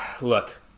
look